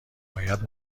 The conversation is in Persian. باید